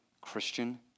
Christian